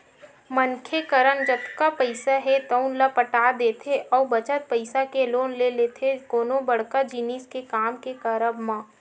मनखे करन जतका पइसा हे तउन ल पटा देथे अउ बचत पइसा के लोन ले लेथे कोनो बड़का जिनिस के काम के करब म